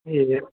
ए